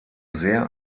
sehr